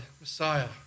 Messiah